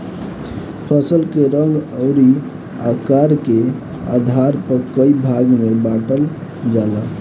फसल के रंग अउर आकार के आधार पर कई भाग में बांटल जाला